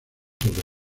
sobre